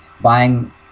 buying